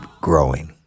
growing